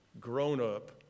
grown-up